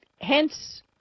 Hence